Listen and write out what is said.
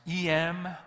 EM